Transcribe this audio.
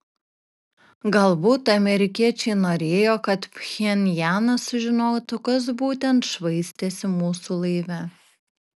galbūt amerikiečiai norėjo kad pchenjanas sužinotų kas būtent švaistėsi mūsų laive